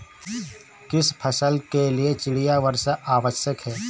किस फसल के लिए चिड़िया वर्षा आवश्यक है?